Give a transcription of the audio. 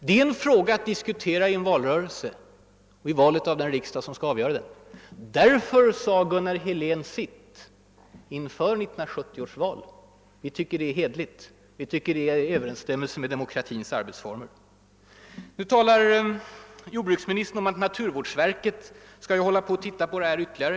Det är en fråga att diskutera i en valrörelse när den riksdag skall utses som skall avgöra frågan. Därför sade Gunnar Helén sitt inför 1970 års val. Vi tycker det förfarandet är hederligt och i överensstämmelse med demokratins arbetsformer. Nu talar jordbruksministern om att bl.a. naturvårdsverket skall se ytterligare på den här frågan.